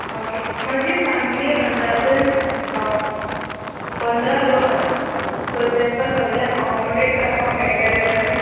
आं ओके म्हाजी फॅमिली अंदाजन पंदरा लोक आसा सो तांकां सगळ्यांक अकोमोडेट करपाक मेळटले थंय